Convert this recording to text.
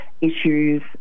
issues